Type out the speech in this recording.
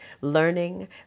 learning